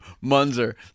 Munzer